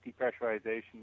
depressurization